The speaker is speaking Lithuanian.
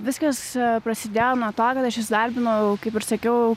viskas prasidėjo nuo to kad aš įsidarbinau kaip ir sakiau